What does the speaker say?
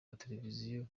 mateleviziyo